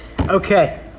Okay